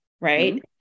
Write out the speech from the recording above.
right